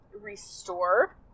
restore